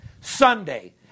Sunday